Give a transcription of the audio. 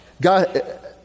God